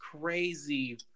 crazy